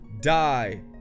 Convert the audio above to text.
die